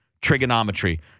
Trigonometry